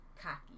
Cocky